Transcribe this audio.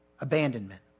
abandonment